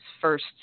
first